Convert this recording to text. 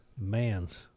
man's